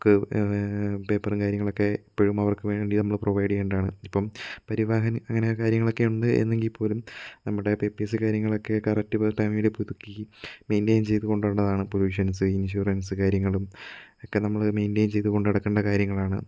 book പേപ്പറും കാര്യങ്ങളൊക്കെ ഇപ്പഴും അവർക്ക് വേണ്ടി നമ്മള് പ്രൊവൈഡ് ചെയ്യണ്ടതാണ് ഇപ്പം പരിവാഹൻ അങ്ങനെ കാര്യങ്ങളൊക്കെ ഇണ്ട് എന്നികിൽ പോലും നമ്മുടെ പേപ്പേഴ്സ് കാര്യങ്ങളൊക്കെ കറക്ട് ടൈമില് പുതുക്കി മെയിൻറെയിൻ ചെയ്ത് കൊണ്ടോണ്ടതാണ് പൊളുഷൻസ് ഇൻഷുറൻസ് കാര്യങ്ങളും ഒക്കെ നമ്മള് മെയിൻറെയിൻ ചെയ്ത് കൊണ്ട് നടക്കണ്ട കാര്യങ്ങളാണ്